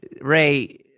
Ray